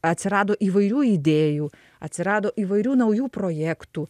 atsirado įvairių idėjų atsirado įvairių naujų projektų